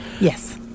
yes